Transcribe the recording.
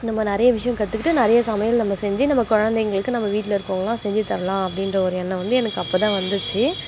நம்ம நிறைய விஷயம் கற்றுக்கிட்டு நிறைய சமையல் நம்ம செஞ்சு நம்ம குழந்தைங்களுக்கு நம்ம வீட்டில் இருக்கவங்களெல்லாம் செஞ்சுத் தரலாம் அப்படின்ற ஒரு எண்ணம் வந்து எனக்கு அப்போ தான் வந்துச்சு